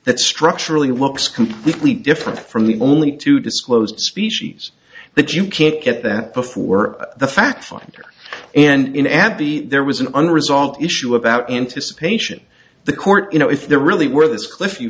that structurally looks completely different from the only to disclose species but you can't get that before the fact finder and in abby there was an unresolved issue about anticipation the court you know if there really were this cliff you